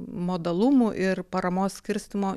modalumų ir paramos skirstymo